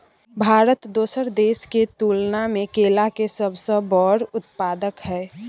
भारत दोसर देश के तुलना में केला के सबसे बड़ उत्पादक हय